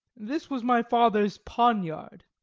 this was my father's poniard,